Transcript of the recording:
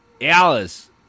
Alice